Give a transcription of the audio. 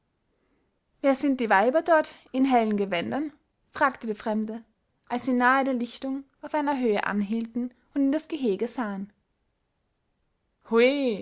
wer sind die weiber dort in hellen gewändern fragte der fremde als sie nahe der lichtung auf einer höhe anhielten und in das gehege sahen hui